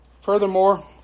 Furthermore